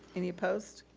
any opposed?